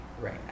right